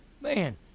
man